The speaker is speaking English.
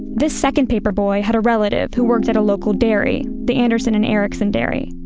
this second paper boy had a relative who works at a local dairy the anderson and erickson dairy.